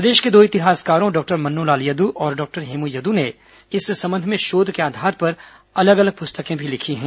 प्रदेश के दो इतिहासकारों डॉक्टर मन्नूलाल यद् और डॉक्टर हेमू यद् ने इस संबंध में शोध के आधार पर अलग अलग पुस्तकें भी लिखी हैं